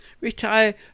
Retire